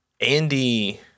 Andy